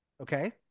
Okay